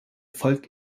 volk